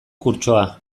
kurtsoa